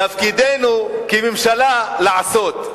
תפקידנו, כממשלה, לעשות.